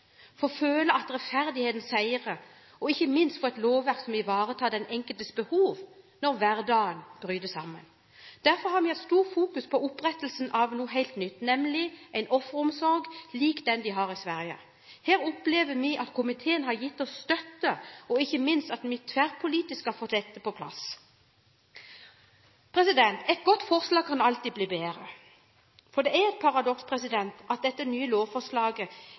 føle at rettferdigheten seirer, og ikke minst om å få et lovverk som ivaretar den enkeltes behov når hverdagen bryter sammen. Derfor har vi hatt stor fokus på opprettelse av noe helt nytt, nemlig en offeromsorg lik den de har i Sverige. Her opplever vi at komiteen har gitt oss støtte, og ikke minst at vi tverrpolitisk har fått dette på plass. Et godt forslag kan alltid bli bedre. Det er et paradoks at dette nye lovforslaget